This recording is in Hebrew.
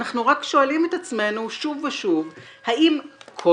אנחנו רק שואלים את עצמנו שוב ושוב האם כל